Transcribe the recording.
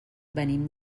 venim